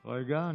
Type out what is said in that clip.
רגע.